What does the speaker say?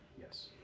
Yes